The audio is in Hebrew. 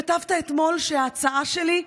כתבת אתמול שההצעה שלי,